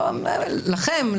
לכם.